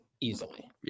easily